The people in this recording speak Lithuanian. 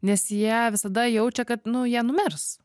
nes jie visada jaučia kad nu jie numirs